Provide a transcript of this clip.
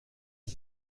ist